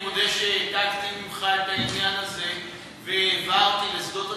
אני מודה שהעתקתי ממך את העניין הזה והעברתי לשדות התעופה,